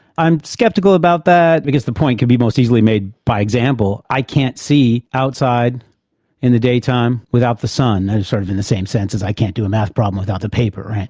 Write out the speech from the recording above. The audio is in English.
i'm sceptical about that because the point could be most easily made by example. i can't see outside in the daytime without the sun, in sort of in the same sense as i can't do a math problem without the paper.